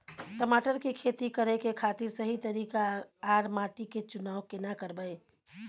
टमाटर की खेती करै के खातिर सही तरीका आर माटी के चुनाव केना करबै?